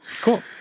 cool